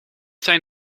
zijn